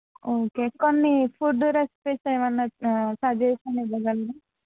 okay కొన్ని food recipes ఏమైనా suggestion ఇవ్వగలరా